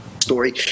story